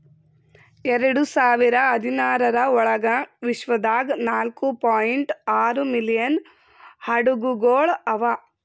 ಎರಡು ಸಾವಿರ ಹದಿನಾರರ ಒಳಗ್ ವಿಶ್ವದಾಗ್ ನಾಲ್ಕೂ ಪಾಯಿಂಟ್ ಆರೂ ಮಿಲಿಯನ್ ಹಡಗುಗೊಳ್ ಅವಾ